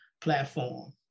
platform